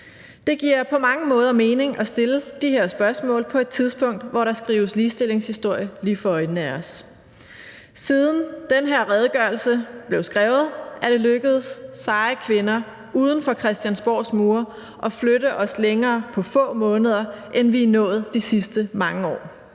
Det giver på mange måder mening at stille de her spørgsmål på et tidspunkt, hvor der skrives ligestillingshistorie lige for øjnene af os. Siden den her redegørelse blev skrevet, er det lykkedes seje kvinder uden for Christiansborgs mure at flytte os længere på få måneder, end vi er nået de sidste mange år.